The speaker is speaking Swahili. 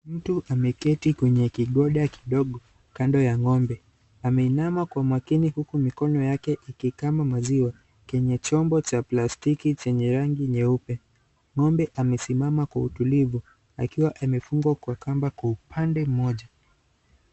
Mtu ameketi kwenye kigoda kidogo kando ya ngombe. Ameinama kwa makini huku mikono yake ikikama maziwa kwenye chombo cha plastiki chenye rangi nyeupe. Ngombe amesimama kwa utulivu akiwa amefungwa kwa kamba kwa upande mmoja.